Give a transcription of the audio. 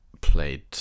played